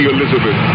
Elizabeth